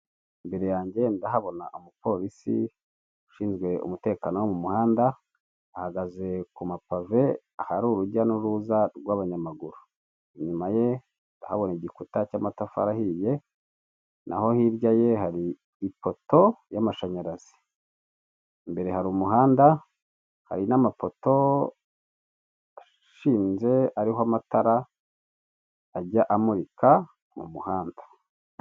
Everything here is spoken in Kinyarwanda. Imbere yanjye ndahabona umupolisi ushinzwe umutekano wo mu muhanda ahagaze ku mapave ahari urujya n'uruza rw'abanyamaguru inyuma ye habonye igikuta cy'amatafari ahiye naho hirya ye hari ipoto y'amashanyarazi imbere hari umuhanda hari n'amapoto ashinze ariho amatara ajya amurika mu muhanda.